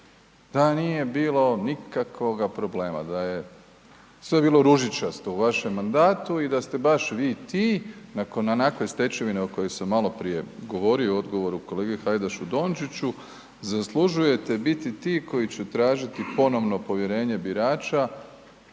da nije bilo nikakvoga problema, da je sve bilo ružičasto u vašem mandatu i da ste baš vi ti nakon onakve stečevine o kojoj sam maloprije govorio u odgovoru kolegi Hajdašu Dončiću, zaslužujete biti ti koji će tražiti ponovno povjerenje birača,